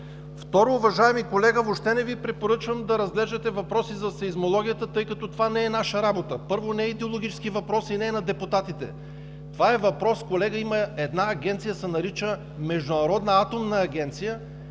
препоръчвам да разглеждате въпроси за сеизмологията, тъй като това не е наша работа. Първо, не е идеологически въпрос и не е на депутатите. Колега, има една агенция, която се нарича „Международна атомна агенция“,